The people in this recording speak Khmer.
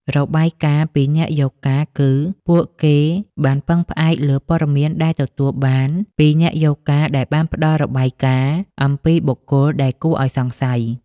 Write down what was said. របាយការណ៍ពីអ្នកយកការណ៍គឺ ពួកគេបានពឹងផ្អែកលើព័ត៌មានដែលទទួលបានពីអ្នកយកការណ៍ដែលបានផ្តល់របាយការណ៍អំពីបុគ្គលដែលគួរឱ្យសង្ស័យ។